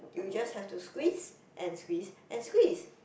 you just have to squeeze and squeeze and squeeze